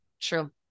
True